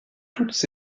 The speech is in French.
toutes